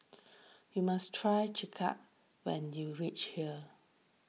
you must try Chai Kuih when you reach here